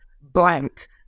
blank